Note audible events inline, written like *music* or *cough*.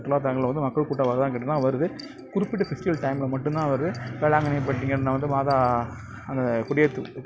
இப்போ பார்த்தீங்கன்னா வந்து மோஸ்ட்லி *unintelligible* கேட்டீங்கனால் வந்து காமராஜர் பிரிவில் வந்து அஞ்சு கிலோ மீட்டருக்கு